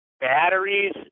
batteries